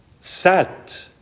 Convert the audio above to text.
sat